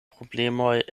problemoj